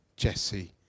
Jesse